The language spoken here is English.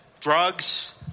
drugs